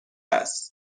است